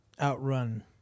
outrun